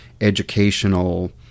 educational